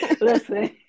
listen